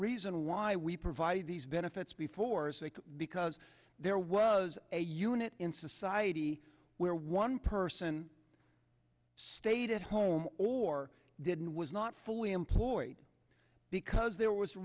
reason why we provide these benefits be for sake because there was a unit in society where one person stayed at home or didn't was not fully employed because there was a